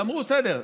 אמרו: בסדר,